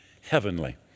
heavenly